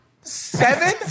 seven